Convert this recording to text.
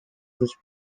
this